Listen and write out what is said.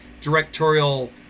directorial